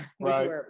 Right